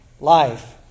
life